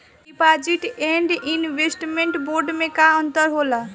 Deposit and investment bond मे का अंतर होला?